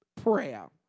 prayer